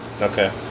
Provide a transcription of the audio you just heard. Okay